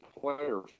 player